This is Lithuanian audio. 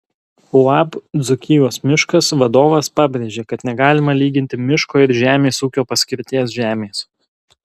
uab dzūkijos miškas vadovas pabrėžė kad negalima lyginti miško ir žemės ūkio paskirties žemės